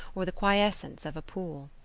or the quiescence of a pool.